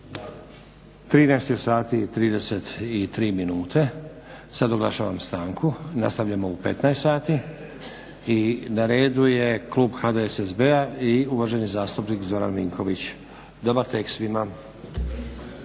i 33 minute. Sad oglašavam stanku. Nastavljamo u 15 sati i na redu je klub HDSSB-a i uvaženi zastupnik Zoran Vinković. Dobar tek svima.